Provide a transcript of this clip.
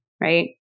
right